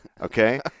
okay